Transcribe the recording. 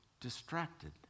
distracted